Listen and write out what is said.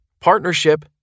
Partnership